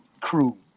crew